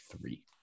three